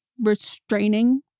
restraining